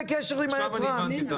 עכשיו אני הבנתי.